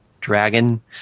dragon